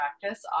practice